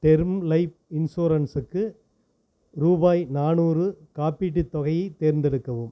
term life இன்சூரன்ஸுக்கு ரூபாய் நானூறு காப்பீட்டுத் தொகையை தேர்ந்தெடுக்கவும்